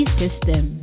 system